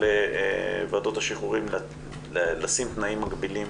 שתאפשר לוועדות השחרורים לשים תנאים מגבילים